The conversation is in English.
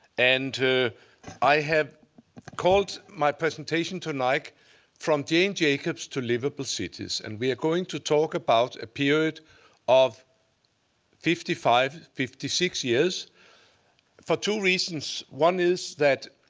and i have called my presentation tonight from jane jacobs to livable cities, and we are going to talk about a period of fifty five, fifty six years for two reasons. one is that